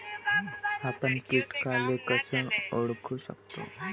आपन कीटकाले कस ओळखू शकतो?